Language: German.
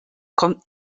kommt